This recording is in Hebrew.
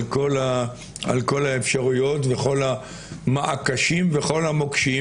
כל האפשרויות וכל המעקשים וכל המוקשים.